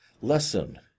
lesson